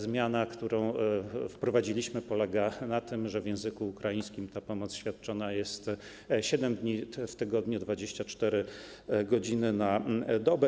Zmiana, którą wprowadziliśmy, polega na tym, że w języku ukraińskim ta pomoc świadczona jest 7 dni w tygodniu 24 godziny na dobę.